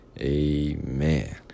amen